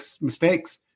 mistakes